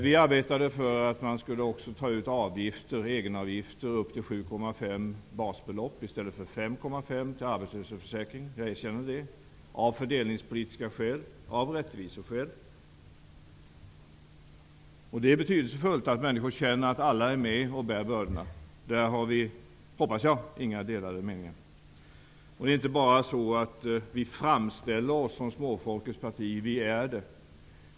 Vi arbetade också för att man skulle ta ut egenavgifter till arbetslöshetsförsäkringen upp till 7,5 basbelopp i stället för 5,5. Det skedde av fördelningspolitiska skäl och rättviseskäl, jag erkänner det. Det är betydelsefullt att alla människor känner att de är med och bär bördorna. Där hoppas jag att vi inte har några delade meningar. Det är inte bara så att vi framställer oss som småfolkets parti, vi är det.